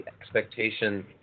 expectation